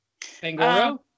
Pangoro